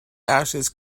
ashes